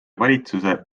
valitsuse